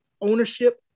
ownership